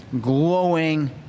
glowing